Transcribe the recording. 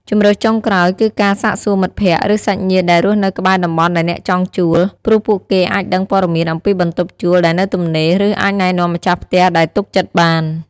ជម្រើសចុងក្រោយ គឺការសាកសួរមិត្តភក្តិ ឬសាច់ញាតិដែលរស់នៅក្បែរតំបន់ដែលអ្នកចង់ជួល ព្រោះពួកគេអាចដឹងព័ត៌មានអំពីបន្ទប់ជួលដែលនៅទំនេរ ឬអាចណែនាំម្ចាស់ផ្ទះដែលទុកចិត្តបាន។